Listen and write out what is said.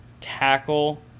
tackle